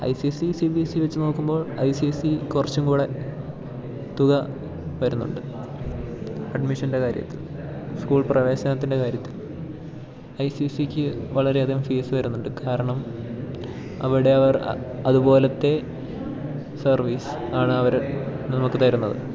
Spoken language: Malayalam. I C S C C B S C വെച്ച് നോക്കുമ്പോൾ ഐ സി എസ് സി കുറച്ചും കൂടി തുക വരുന്നുണ്ട് അഡ്മിഷൻ്റെ കാര്യത്തിൽ സ്കൂൾ പ്രവേശനത്തി ൻ്റെ കാര്യത്തിൽ ഐ സി എസ് സിക്ക് വളരെയധികം ഫീസ് വരുന്നുണ്ട് കാരണം അവിടെ അവർ അതുപോലത്തെ സർവീസ് ആണ് അവർ നമുക്ക് തരുന്നത്